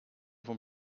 vom